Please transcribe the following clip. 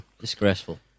Disgraceful